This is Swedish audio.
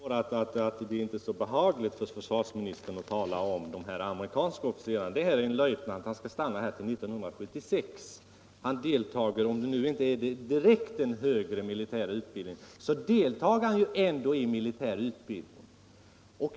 Herr talman! Jag förstår att det inte är så behagligt för försvarsministern att tala om dessa amerikanska officerare. Det gäller en löjtnant, och han skall stanna här till 1976. Om han inte deltar direkt i den högre militära utbildningen så deltar han ju ändå i militär utbildning.